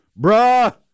Bruh